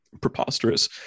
preposterous